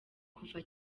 kuva